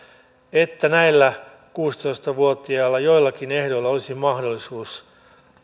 että näillä kuusitoista vuotiailla joillakin ehdoilla olisi mahdollisuus